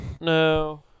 No